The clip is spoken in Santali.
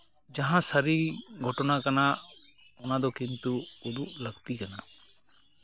ᱡᱟᱦᱟᱸ ᱥᱟᱹᱨᱤ ᱜᱷᱚᱴᱚᱱᱟ ᱠᱟᱱᱟ ᱚᱱᱟ ᱫᱚ ᱠᱤᱱᱛᱩ ᱩᱫᱩᱜ ᱞᱟᱹᱠᱛᱤ ᱠᱟᱱᱟ